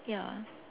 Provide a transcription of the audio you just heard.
ya